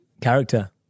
Character